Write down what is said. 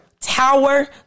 tower